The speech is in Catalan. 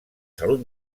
salut